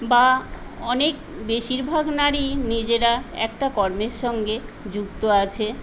বা অনেক বেশীরভাগ নারী নিজেরা একটা কর্মের সঙ্গে যুক্ত আছে